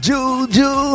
Juju